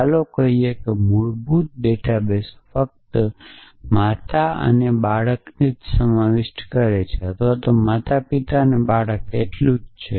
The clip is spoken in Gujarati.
ચાલો કહીએ કે મૂળભૂત ડેટાબેઝ ફક્ત માતા અને બાળકને જ સમાવિષ્ટ કરે છે અથવા માતાપિતા બાળક એટલું જ છે